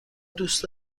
دوست